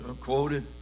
quoted